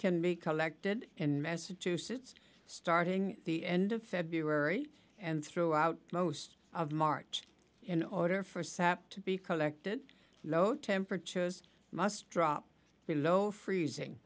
can be collected in massachusetts starting at the end of february and throughout most of march in order for sap to be collected low temperatures must drop below freezing